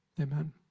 Amen